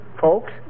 folks